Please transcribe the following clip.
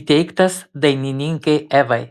įteiktas dainininkei evai